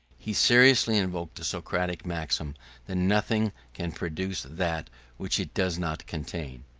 he seriously invoked the scholastic maxim that nothing can produce that which it does not contain.